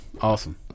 Awesome